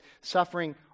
suffering